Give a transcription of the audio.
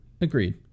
Agreed